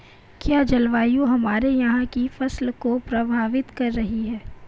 क्या जलवायु हमारे यहाँ की फसल को प्रभावित कर रही है?